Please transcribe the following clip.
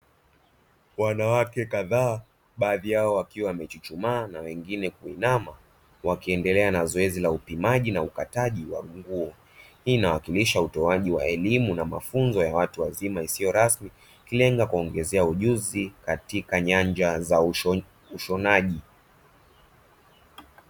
Wanawake kadhaa baadhi yao wakiwa wamechuchumaa na wengine kuinama wakiendelea na zoezi la upimaji na ukataji wa nguo, Hii inawakilisha utoaji waelimu na mafunzo ya watu wazima isiyo rasmi ikilenga kuongezea ujuzi katika nyanja za ushonaji.